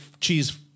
cheese